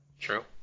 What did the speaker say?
True